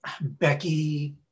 Becky